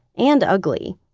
and ugly.